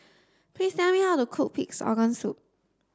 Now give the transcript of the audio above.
please tell me how to cook pig's organ soup